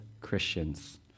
Christians